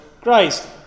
Christ